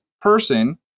person